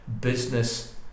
business